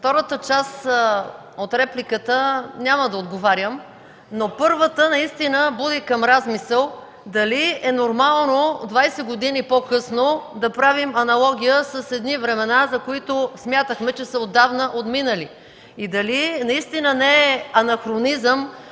втората част от репликата няма да отговарям, но първата наистина буди към размисъл дали е нормално 20 години по-късно да правим аналогия с едни времена, за които смятахме, че са отдавна отминали. Дали наистина не е анахронизъм